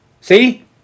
See